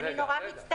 אני נורא מצטערת.